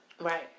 Right